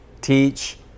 teach